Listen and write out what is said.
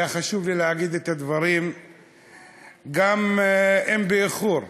היה חשוב לי להגיד את הדברים גם אם באיחור.